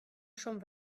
chom